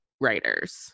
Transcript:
writers